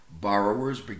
borrowers